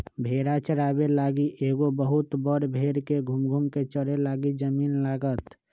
भेड़ा चाराबे लागी एगो बहुत बड़ भेड़ के घुम घुम् कें चरे लागी जमिन्न लागत